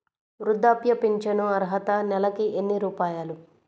వృద్ధాప్య ఫింఛను అర్హత నెలకి ఎన్ని రూపాయలు?